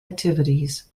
activities